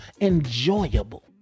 enjoyable